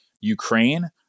Ukraine